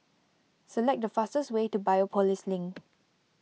select the fastest way to Biopolis Link